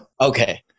Okay